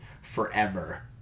forever